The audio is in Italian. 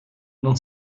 non